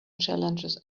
challenges